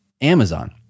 Amazon